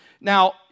Now